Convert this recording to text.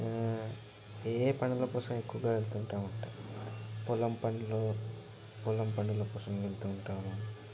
ఏవే పనుల కోసం ఎక్కువగా వెళ్తూ ఉంటాము అంటే పొలం పనులు పొలం పనుల కోసం వెళ్తూ ఉంటాము